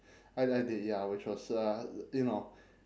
I I did ya which was uh you know